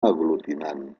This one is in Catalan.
aglutinant